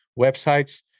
websites